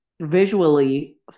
visually